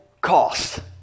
cost